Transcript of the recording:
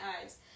eyes